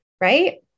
right